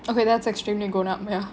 okay that's extremely grown up ya